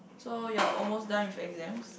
so you're almost done with exams